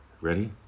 Ready